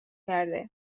کرده